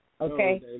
Okay